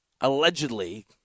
allegedly